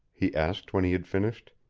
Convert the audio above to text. he asked when he had finished.